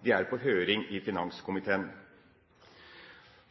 de er på høring i finanskomiteen.